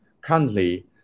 currently